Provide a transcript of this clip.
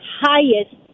highest